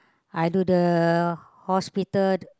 I do the hospital